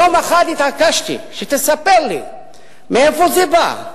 יום אחד התעקשתי שהיא תספר לי מאיפה זה בא,